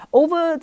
,over